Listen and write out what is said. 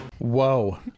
Whoa